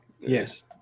Yes